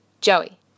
Joey